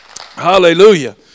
Hallelujah